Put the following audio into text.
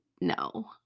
no